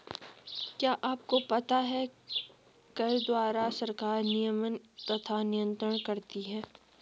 क्या आपको पता है कर द्वारा सरकार नियमन तथा नियन्त्रण करती है?